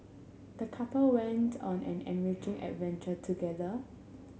the couple went on an enriching adventure together